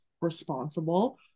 responsible